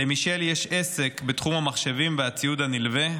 למישל יש עסק בתחום המחשבים והציוד הנלווה,